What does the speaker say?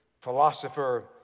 philosopher